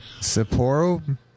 Sapporo